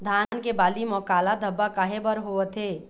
धान के बाली म काला धब्बा काहे बर होवथे?